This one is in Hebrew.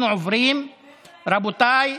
אנחנו עוברים, רבותיי,